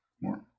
More